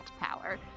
power